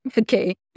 Okay